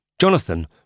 Jonathan